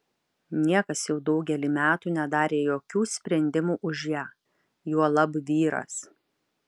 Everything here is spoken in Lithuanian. niekas jau daugelį metų nedarė jokių sprendimų už ją juolab vyras